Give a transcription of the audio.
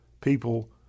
People